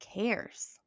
cares